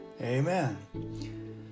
Amen